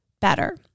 better